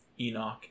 Enoch